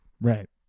Right